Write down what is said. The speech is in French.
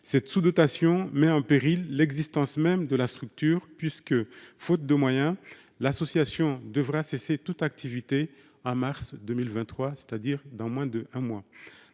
Cette sous-dotations met en péril l'existence même de la structure puisque, faute de moyens, l'association devra cesser toute activité en mars 2023, c'est-à-dire dans moins de un mois